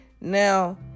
Now